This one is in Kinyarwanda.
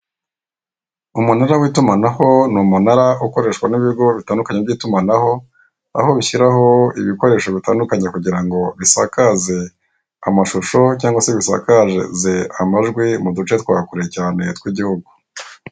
Umunara w'itumanaho ni umunara ukoreshwa n'ibigo bitandukanye by'itumanaho aho bishyiraho ibikoresho bitandukanye kugira ngo bisakaze amashusho cyangwa se bisakaze amajwi amajwi mu duce twa kure cyane tw'igihugu.